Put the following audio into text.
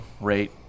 rate